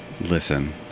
Listen